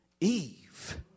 Eve